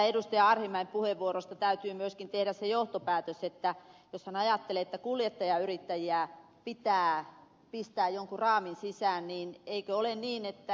arhinmäen puheenvuorosta täytyy myöskin tehdä se johtopäätös että jos hän ajattelee että kuljetusyrittäjä pitää pistää jonkin raamin sisään niin eikö ole niin että ed